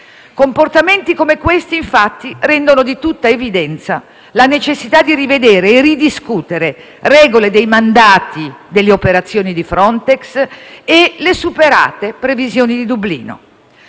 Comportamenti come questi, infatti, rendono di tutta evidenza la necessità di rivedere e ridiscutere regole dei mandati e delle operazioni di Frontex e le superate previsioni di Dublino,